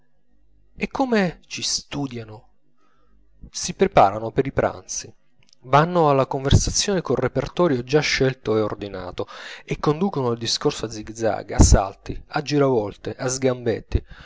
e come ci studiano si preparano per i pranzi vanno alla conversazione col repertorio già scelto e ordinato e conducono il discorso a zig zag a salti a giravolte a sgambetti